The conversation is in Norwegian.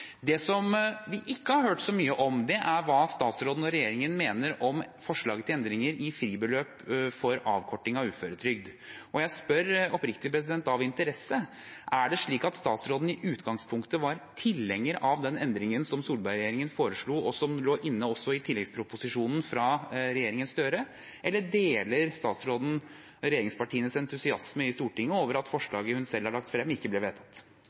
Det som vi ikke har hørt så mye om, er hva statsråden og regjeringen mener om forslaget til endringer i fribeløp for avkorting av uføretrygd. Jeg spør oppriktig av interesse: Er det slik at statsråden i utgangspunktet var tilhenger av den endringen som Solberg-regjeringen foreslo, og som også lå inne i tilleggsproposisjonen fra regjeringen Støre, eller deler statsråden regjeringspartienes entusiasme i Stortinget over at forslaget hun selv har lagt frem, ikke ble vedtatt?